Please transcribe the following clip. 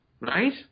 Right